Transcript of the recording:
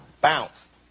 bounced